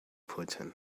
putin